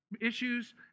Issues